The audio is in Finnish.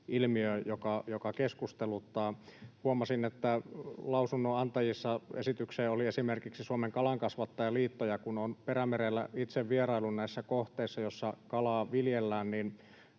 ilmiöön, joka keskusteluttaa. Huomasin, että lausunnonantajissa esitykseen oli esimerkiksi Suomen Kalankasvattajaliitto, ja kun olen Perämerellä itse vieraillut näissä kohteissa, joissa kalaa viljellään,